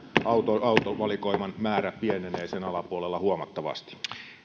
autovalikoiman määrä pienenee sen alapuolella huomattavasti